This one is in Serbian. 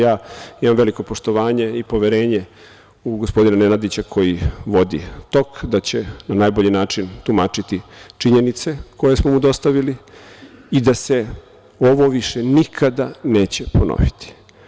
Ja imam veliko poštovanje i poverenje u gospodina Nenadića koji vodi tok, da će na najbolji način tumačiti činjenice koje smo mu dostavili i da se ovo više nikada neće ponoviti.